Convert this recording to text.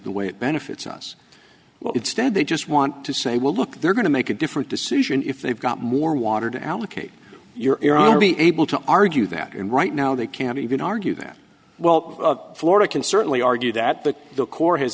the way it benefits us well it's stead they just want to say well look they're going to make a different decision if they've got more water to allocate your air i would be able to argue that and right now they can't even argue that well florida can certainly argue that the the court has